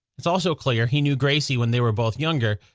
it's also clear he knew gracie when they were both younger,